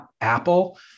Apple